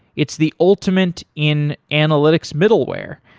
it's the ultimate in analytics middleware.